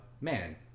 man